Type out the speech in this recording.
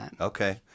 okay